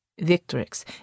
Victrix